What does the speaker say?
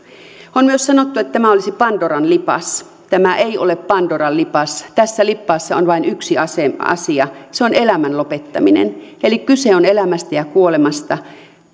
on myös sanottu että tämä olisi pandoran lipas tämä ei ole pandoran lipas tässä lippaassa on vain yksi asia se on elämän lopettaminen eli kyse on elämästä ja kuolemasta